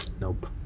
Nope